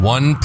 One